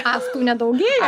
astų nedaugėja